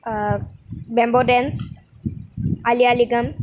bamboo ডেন্স আলি আই লিগাং